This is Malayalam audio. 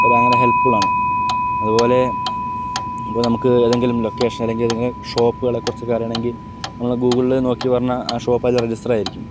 ഭയങ്കര ഹെല്പ് ഫുള്ളാണ് അതുപോലെ ഇപ്പം നമുക്ക് ഏതെങ്കിലും ലൊക്കേഷൻ അല്ലെങ്കിൽ ഷോപ്പുകളെ കുറിച്ചൊക്കെ അറിയണമെങ്കിൽ നമ്മള് ഗൂഗിളില് നോക്കി വന്നാൽ ആ ഷോപ്പ് അതിൽ രജിസ്റ്റർ ആയിരിക്കും